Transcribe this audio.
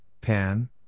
Pan